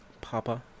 Papa